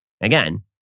Again